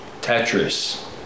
Tetris